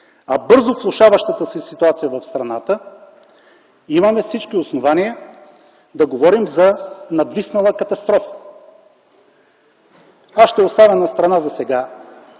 а бързо влошаващата се ситуация в страната, имаме всички основания да говорим за надвиснала катастрофа. Ще оставя на страна засега